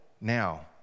now